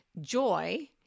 joy